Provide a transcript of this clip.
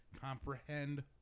comprehend